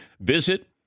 Visit